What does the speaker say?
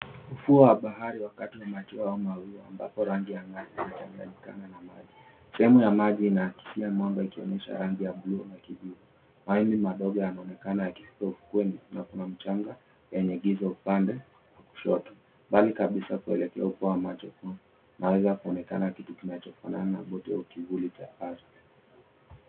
Ufuo wa bahari wakati wa machweo au mawio ambapo rangi yanachanganyikana na maji. Sehemu ya maji inakisia mwamba ikionyesha rangi ya buluu mawingu madogo yanaonekana yakivuka ufukweni na kuna mchanga yenye giza upande wa kushoto. Mbali kabisa kuelekea upeo wa macho kunaeza kuonekana kitu kinachofanana na boti kivuli cha ardhi.